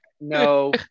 No